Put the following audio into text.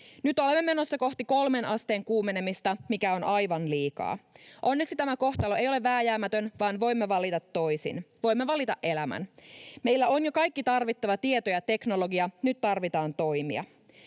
Nyt olemme menossa kohti 3 asteen kuumenemista, mikä on aivan liikaa. Onneksi tämä kohtalo ei ole vääjäämätön, vaan voimme valita toisin: voimme valita elämän. Meillä on jo kaikki tarvittava tieto ja teknologia — nyt tarvitaan toimia.